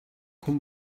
хүн